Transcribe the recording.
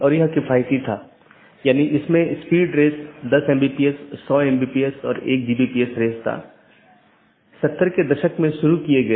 तो इसका मतलब है अगर मैं AS1 के नेटवर्क1 से AS6 के नेटवर्क 6 में जाना चाहता हूँ तो मुझे क्या रास्ता अपनाना चाहिए